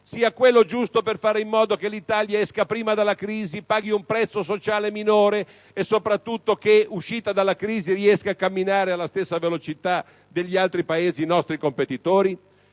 sia quello giusto per fare in modo che l'Italia esca prima dalla crisi e paghi un prezzo sociale minore e, soprattutto, che, una volta uscita dalla crisi, riesca a camminare alla stessa velocità degli altri Paesi nostri competitori?